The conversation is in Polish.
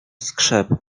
skrzep